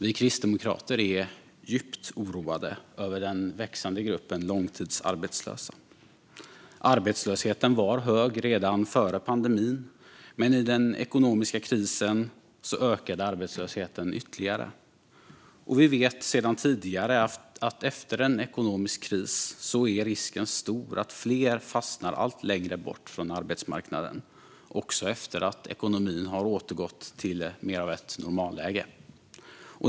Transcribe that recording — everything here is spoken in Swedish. Vi kristdemokrater är djupt oroade över den växande gruppen långtidsarbetslösa. Arbetslösheten var hög redan före pandemin, men i den ekonomiska krisen ökade arbetslösheten ytterligare. Vi vet sedan tidigare att risken är stor att fler fastnar allt längre bort från arbetsmarknaden efter en ekonomisk kris, också efter att ekonomin har återgått till mer av ett normalläge.